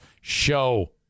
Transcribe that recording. show